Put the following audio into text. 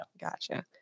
Gotcha